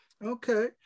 Okay